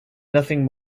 nothing